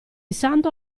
santo